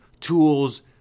tools